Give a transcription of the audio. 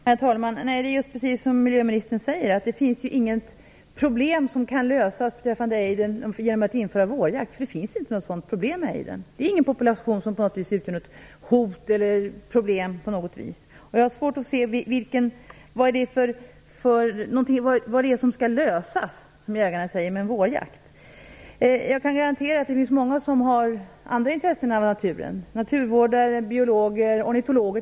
Herr talman! Det är precis som jordbruksministern säger: Det finns inget problem med ejdern som kan lösas genom att införa vårjakt. Populationen utgör inget hot eller problem på något vis. Jag har svårt att se vad som skall lösas, som jägarna säger, med en vårjakt. Jag kan garantera att det finns många som har andra intressen av naturen, t.ex. naturvårdare, biologer och ornitologer.